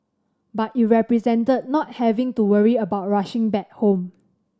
but it represented not having to worry about rushing back home